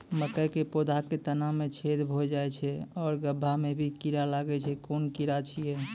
मकयक पौधा के तना मे छेद भो जायत छै आर गभ्भा मे भी कीड़ा लागतै छै कून कीड़ा छियै?